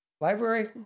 library